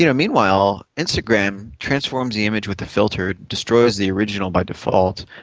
you know meanwhile, instagram transforms the image with a filter, destroys the original by default,